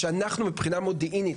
שאנחנו מבחינה מודיעינית